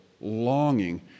longing